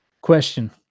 Question